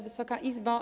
Wysoka Izbo!